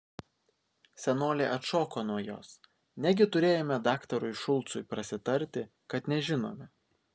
senolė atšoko nuo jos negi turėjome daktarui šulcui prasitarti kad nežinome